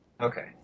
Okay